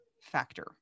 factor